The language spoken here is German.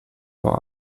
vor